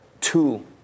two